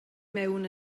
mewn